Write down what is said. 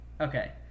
Okay